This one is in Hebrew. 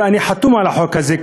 אני חתום על החוק הזה,